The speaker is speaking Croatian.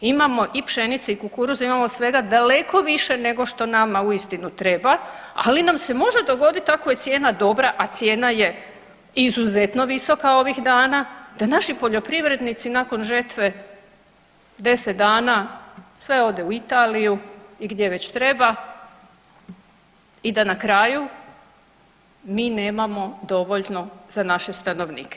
Imamo i pšenice i kukuruza, imamo svega daleko više nego što nama uistinu treba ali nam se može dogoditi ako je cijena dobra a cijena je izuzetno visoka ovih dana da naši poljoprivrednici nakon žetve 10 dana sve ode u Italiju i gdje već treba i da na kraju mi nemamo dovoljno za naše stanovnike.